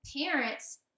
parents